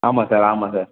ஆமாம் சார் ஆமாம் சார்